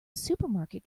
supermarket